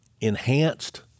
enhanced